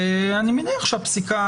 ואני מניח שהפסיקה,